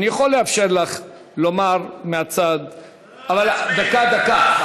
אני יכול לאפשר לך לומר מהצד, אבל, דקה, דקה.